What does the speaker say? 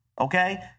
okay